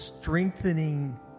strengthening